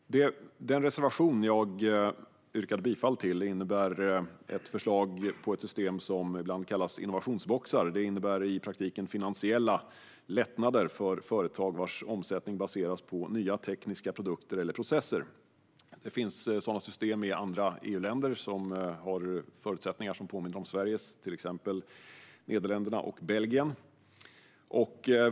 Den reservation jag yrkade bifall till tar upp ett förslag till ett system som ibland kallas innovationsboxar. Det innebär i praktiken finansiella lättnader för företag vars omsättning baseras på nya tekniska produkter eller processer. Det finns sådana system i andra EU-länder som har förutsättningar som påminner om Sveriges, till exempel Nederländerna och Belgien.